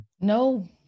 No